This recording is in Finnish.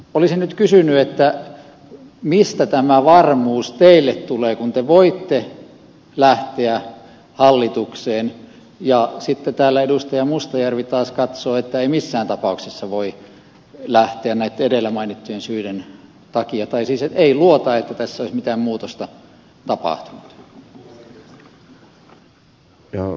olisin nyt kysynyt mistä tämä varmuus teille tulee kun te voitte lähteä hallitukseen ja sitten täällä edustaja mustajärvi taas katsoo että ei missään tapauksessa voi lähteä näitten edellä mainittujen syiden takia tai siis ei luota että tässä olisi mitään muutosta tapahtunut